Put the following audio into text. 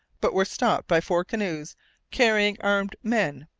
but were stopped by four canoes carrying armed men,